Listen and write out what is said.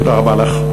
תודה רבה לך.